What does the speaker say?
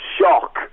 shock